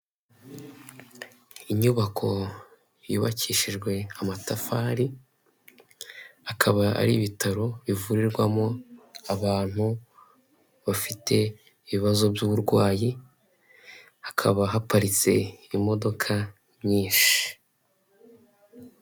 Inyubako yubakishijwe amatafari, akaba ari ibitaro bivurirwamo abantu bafite ibibazo by'uburwayi hakaba haparitse imodoka nyinshi.